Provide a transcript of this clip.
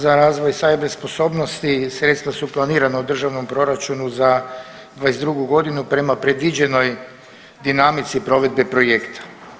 Za razvoj cyber sposobnosti sredstva su planirana u državnom proračunu za '22.g. prema predviđenoj dinamici provedbe projekta.